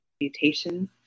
mutations